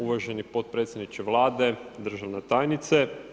Uvaženi potpredsjedniče Vlade, državna tajnice.